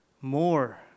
more